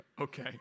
okay